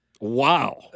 Wow